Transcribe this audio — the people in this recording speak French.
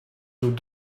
nous